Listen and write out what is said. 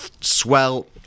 swell